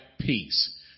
peace